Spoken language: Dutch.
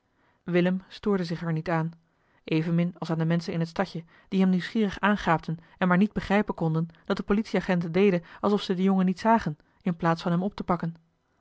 willem stoorde zich er niet aan evenmin als aan de menschen in het stadje die hem nieuwsgierig aangaapten en maar niet begrijpen konden dat de politieagenten deden alsof ze den jongen niet zagen in plaats van hem op te pakken